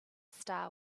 star